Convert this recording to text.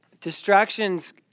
distractions